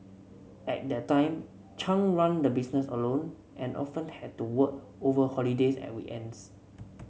at that time Chung ran the business alone and often had to work over holidays and weekends